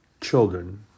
children